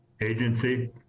agency